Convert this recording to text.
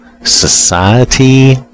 Society